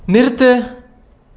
நிறுத்து